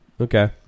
Okay